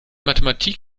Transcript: mathematik